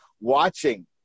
watching